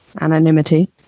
Anonymity